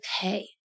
okay